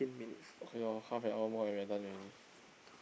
okay loh half and hour more and we are done already